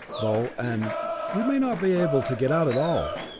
though and we may not be able to get out at all.